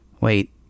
Wait